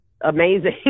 amazing